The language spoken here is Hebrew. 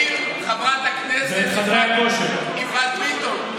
ואם חברת הכנסת יפעת ביטון,